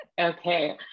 Okay